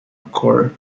occur